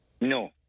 No